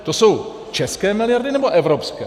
To jsou české miliardy, nebo evropské?